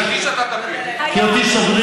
היום נגיש.